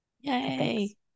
Yay